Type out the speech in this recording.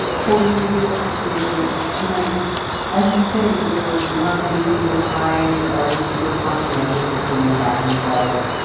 ah totally reasonable conversation. and like as you say, they're like lovely people kind. they're already super conscientious. they're cleaning up after themselves.